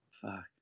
Fuck